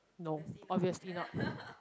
no obviously not